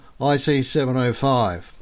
IC705